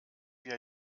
wir